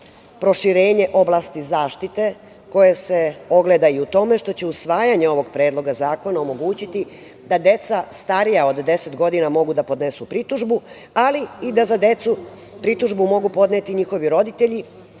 proširenje oblasti zaštite koje se ogledaju u tome što će usvajanjem ovog predloga zakona omogućiti da deca starija od 10 godina mogu da podnesu pritužbu, ali i da za decu, pritužbu mogu podneti njihovi roditelji,